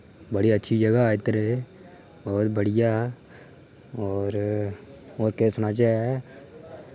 बड़ी अच्छी जगह इद्धर एह् और बड़ियां और और केह् सनाचै